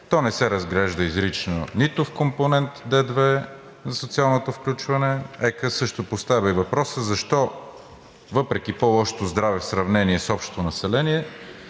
то не се разглежда изрично нито в компонент Д 2 за социалното включване. ЕК също поставя и въпроса защо въпреки по-лошото здраве в сравнение с общото население,